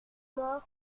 mort